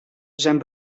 zijn